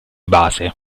base